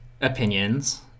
opinions